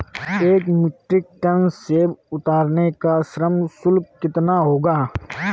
एक metric ton सेव उतारने का श्रम शुल्क कितना होगा?